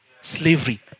Slavery